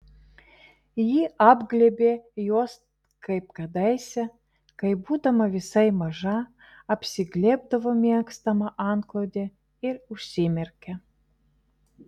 ji apglėbė juos kaip kadaise kai būdama visai maža apsiglėbdavo mėgstamą antklodę ir užsimerkė